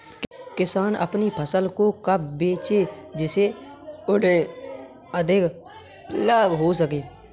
किसान अपनी फसल को कब बेचे जिसे उन्हें अधिक लाभ हो सके?